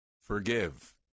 forgive